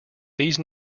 these